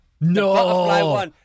No